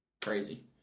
Crazy